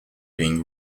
being